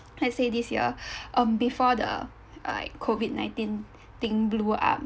let's say this year um before the like COVID-nineteen thing blew up